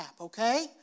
okay